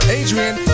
adrian